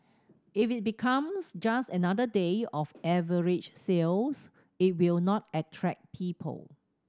if it becomes just another day of average sales it will not attract people